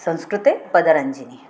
संस्कृते पदरञ्जिनी